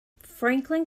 franklin